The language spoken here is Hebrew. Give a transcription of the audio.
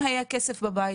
אם היה כסף בבית,